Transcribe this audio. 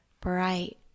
bright